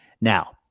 Now